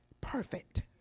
perfect